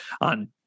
on